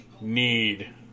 Need